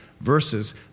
Verses